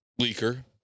leaker